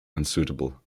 unsuitable